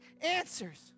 answers